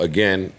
Again